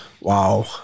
Wow